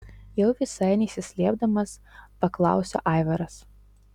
jau visai nesislėpdamas paklausia aivaras